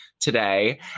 today